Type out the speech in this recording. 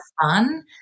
fun